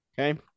okay